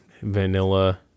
vanilla